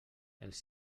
els